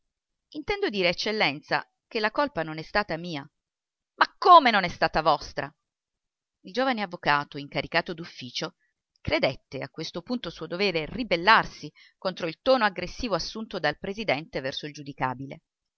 intendo dire eccellenza che la colpa non è stata mia ma come non è stata vostra il giovane avvocato incaricato d'ufficio credette a questo punto suo dovere ribellarsi contro il tono aggressivo assunto dal presidente verso il giudicabile